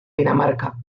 dinamarca